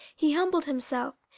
he humbled himself,